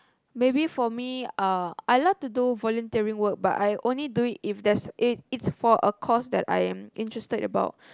maybe for me uh I love to do volunteering work but I only do it if there's if it's for a cause I am interested about